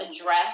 address